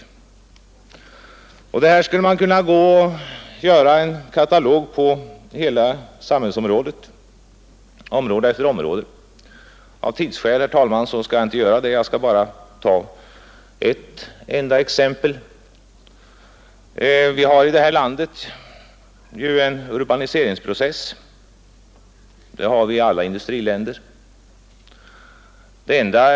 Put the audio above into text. Man skulle här kunna göra en katalog på detta för hela samhället, område efter område. Av tidsskäl, herr talman, skall jag inte göra det. Jag skall bara ta ett enda exempel. Vi har ju i detta land en urbaniseringsprocess — det har man i alla industriländer.